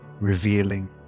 revealing